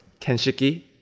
Kenshiki